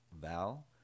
Val